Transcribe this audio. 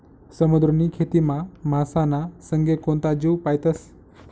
समुद्रनी खेतीमा मासाना संगे कोणता जीव पायतस?